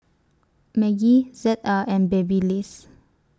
Maggi Z A and Babyliss